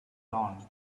dawn